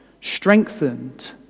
strengthened